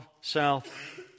South